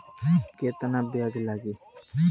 केतना ब्याज लागी?